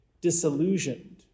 disillusioned